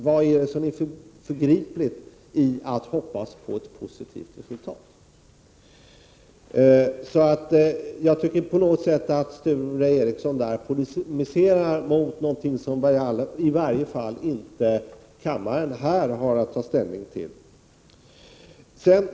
Vad är det som är förgripligt i att hoppas på ett positivt resultat? Sture Ericson polemiserar mot något som i varje fall kammaren inte har att ta ställning till nu.